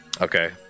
Okay